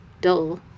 dull